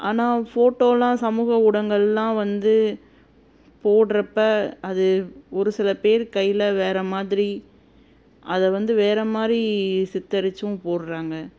ஆனால் ஃபோட்டோலாம் சமூக ஊடகங்கள்லாம் வந்து போடுறப்ப அது ஒரு சில பேர் கையில் வேறு மாதிரி அதை வந்து வேறு மாதிரி சித்தரித்தும் போடுறாங்க